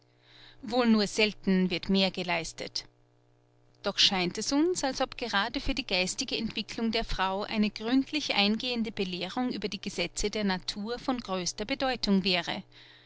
wohl nur selten wird mehr geleistet doch scheint es uns als ob gerade für die geistige entwicklung der frau eine gründlich eingehende belehrung über die gesetze der natur von größter bedeutung wäre